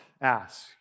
ask